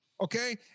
okay